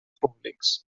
públics